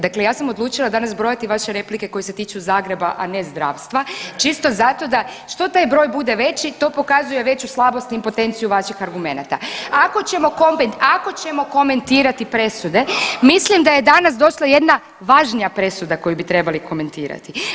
Dakle, ja sam odlučila danas brojati vaše replike koji se tiču Zagreba, a ne zdravstva čisto zato da što taj broj bude veći to pokazuje veću slabost i impotenciju vaših argumenata, a ako ćemo, ako ćemo komentirati presude mislim da je danas došla jedna važnija presuda koju bi trebali komentirati.